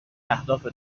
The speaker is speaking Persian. اهداف